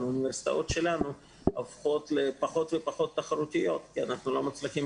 והאוניברסיטאות שלנו הופכות לפחות תחרותיות כי אנחנו לא מצליחים